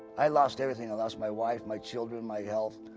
i lost everything. i lost my wife, my children, my health,